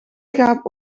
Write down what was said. schaap